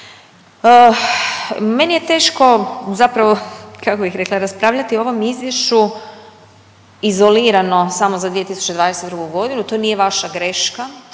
Meni je teško zapravo kako bih rekla raspravljati o ovom izvješću izolirano samo za 2022. godinu, to nije vaša greška